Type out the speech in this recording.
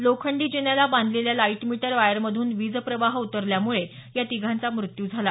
लोखंडी जिन्याला बांधलेल्या लाईट मीटर वायरमधून वीजप्रवाह उतरल्यामुळं या तिघांचा मृत्यू झाला